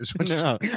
No